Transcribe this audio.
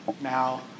Now